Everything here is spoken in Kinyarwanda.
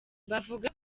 bavuga